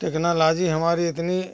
technology हमारी इतनी